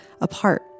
apart